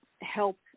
help